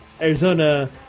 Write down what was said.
Arizona